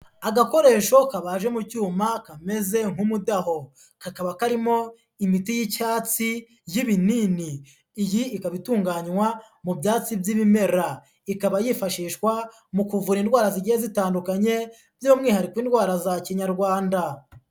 Agakoresho kabaje mu cyuma kameze nk'umudaho, kakaba karimo imiti y'icyatsi y'ibinini, iyi ikaba itunganywa mu byatsi by'ibimera, ikaba yifashishwa mu kuvura indwara zigiye zitandukanye by'umwihariko indwara za Kinyarwanda.